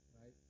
right